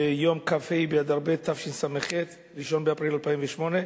ביום כ"ה באדר ב' תשס"ח, 1 באפריל 2008,